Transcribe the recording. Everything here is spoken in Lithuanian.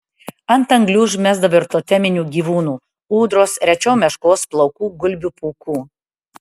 ant anglių užmesdavo ir toteminių gyvūnų ūdros rečiau meškos plaukų gulbių pūkų